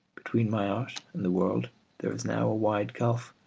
between my art and the world there is now a wide gulf,